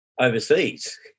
overseas